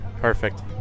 Perfect